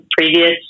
previous